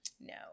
No